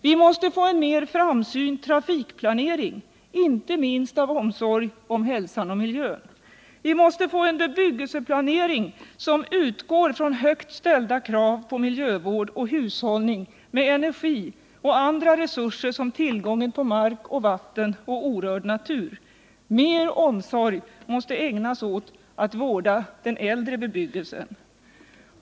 Vi måste få en mer framsynt trafikplanering, inte minst av hänsyn till hälsan och miljön. Vi måste få en bebyggelseplanering som utgår från högt ställda krav på miljövård och hushållning med energi och andra resurser såsom tillgången på mark och vatten och orörd natur. Mer omsorg måste ägnas åt att vårda den äldre bebyggelsen.